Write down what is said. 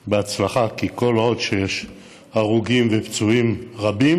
בהצלחה, כל עוד יש הרוגים ופצועים רבים.